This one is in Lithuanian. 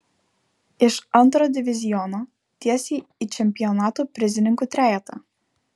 iš antro diviziono tiesiai į čempionato prizininkų trejetą